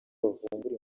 bavumbura